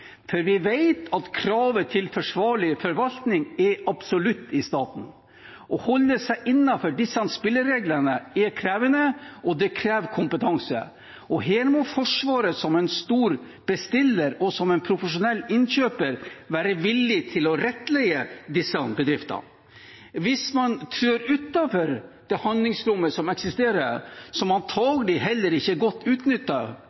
for vi vet at kravet til forsvarlig forvaltning er absolutt i staten. Å holde seg innenfor disse spillereglene er krevende, og det krever kompetanse. Og her må Forsvaret, som en stor bestiller, og som en profesjonell innkjøper, være villig til å rettlede disse bedriftene. Hvis man trår utenfor det handlingsrommet som eksisterer, som